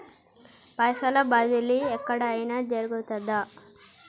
పైసల బదిలీ ఎక్కడయిన జరుగుతదా?